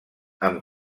amb